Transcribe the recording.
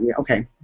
Okay